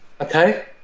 Okay